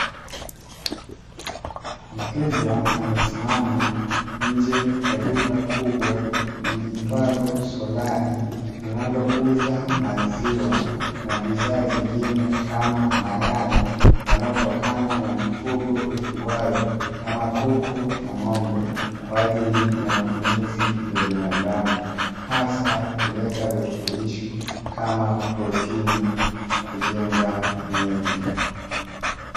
Mteja amesimama nje ya duka kubwa liitwalo solai linalouza maziwa na bidhaa zingine kama mayai yanayotokana na mifugo ifungwayo kama kuku na ng'ombe kwa ajili ya matumizi ya binadamu hasa kuleta virutubisho kama protini kujenga mwili.